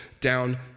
down